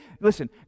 listen